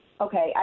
Okay